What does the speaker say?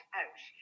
out